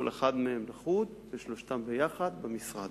כל אחד מהם לחוד ושלושתם ביחד במשרד.